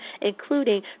including